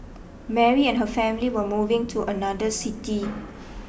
Mary and her family were moving to another city